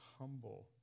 humble